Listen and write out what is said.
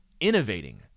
innovating